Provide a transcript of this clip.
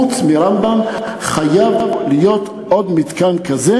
חוץ מרמב"ם חייב להיות עוד מתקן כזה,